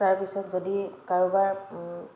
তাৰপিছত যদি কাৰোবাৰ